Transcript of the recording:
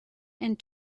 and